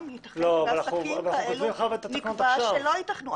יתכן שלעסקים כאלה נקבע שלא יצטרכו.